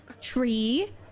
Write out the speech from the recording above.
Tree